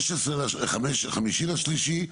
5.3,